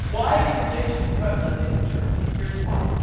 why is addiction prevalent in the church? here's why.